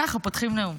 ככה פותחים נאום.